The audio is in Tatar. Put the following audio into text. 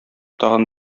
тагын